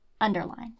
underlined